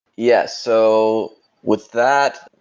yes. so with that,